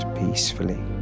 peacefully